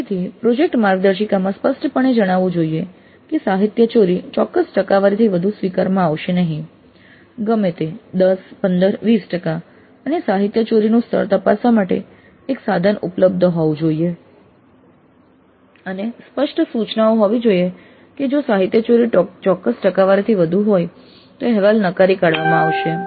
ફરીથી પ્રોજેક્ટ માર્ગદર્શિકામાં સ્પષ્ટપણે જણાવવું જોઈએ કે સાહિત્યચોરી ચોક્કસ ટકાવારીથી વધુ સ્વીકારવામાં આવશે નહીં ગમે તે 10 15 20 ટકા અને સાહિત્યચોરીનું સ્તર તપાસવા માટે એક સાધન ઉપલબ્ધ હોવું જોઈએ અને સ્પષ્ટ સૂચનાઓ હોવી જોઈએ કે જો સાહિત્યચોરી ચોક્કસ ટકાવારીથી વધુ હોય તો અહેવાલ નકારી કાઢવામાં આવશે